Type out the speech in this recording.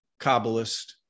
Kabbalist